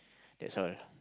that's all